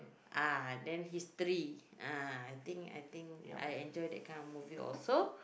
ah then history ah I think I think I enjoy that kind of movie also